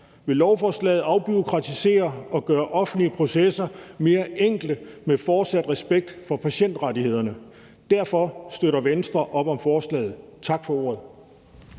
vil lovforslaget afbureaukratisere og gøre offentlige processer mere enkle med fortsat respekt for patientrettighederne. Derfor støtter Venstre op om forslaget. Tak for ordet.